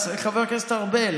חבר הכנסת ארבל.